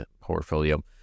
portfolio